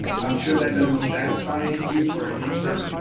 i'm sure that doesn't satisfy you for an answer,